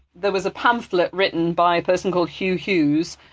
there was a pamphlet written by a person called hugh hughes,